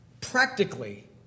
practically